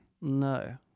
No